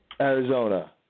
Arizona